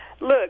Look